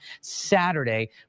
Saturday